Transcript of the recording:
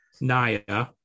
Naya